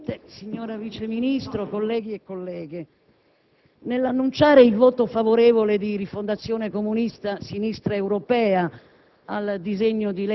Signor Presidente, signora Vice ministro, colleghi e colleghe,